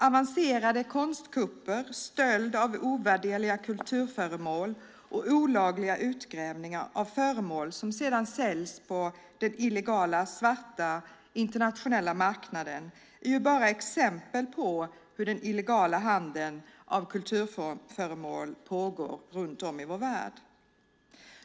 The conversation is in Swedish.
Avancerade konstkupper, stöld av ovärderliga kulturföremål och olagliga utgrävningar av föremål som sedan säljs på den illegala svarta internationella marknaden är bara exempel på hur den illegala handeln av kulturföremål pågår runt om i vår värld.